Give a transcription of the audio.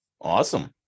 Awesome